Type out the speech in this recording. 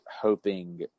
hoping